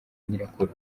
nyirakuru